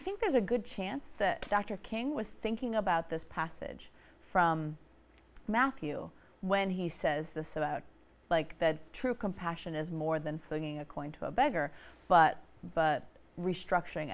think there's a good chance that dr king was thinking about this passage from matthew when he says this about like that true compassion is more than flinging a coin to a beggar but but restructuring